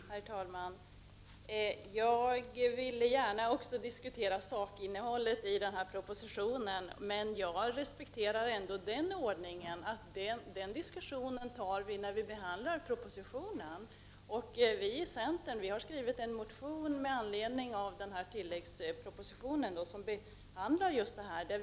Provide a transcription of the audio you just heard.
Herr talman! Även jag vill gärna diskutera sakinnehållet i propositionen, men jag respekterar ändå den ordningen att diskussionen skall föras när pro positionen behandlas. Vi i centern har skrivit en motion med anledning av Prot. 1989/90:34 tilläggspropositionen, som behandlar just den här frågan.